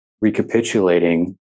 recapitulating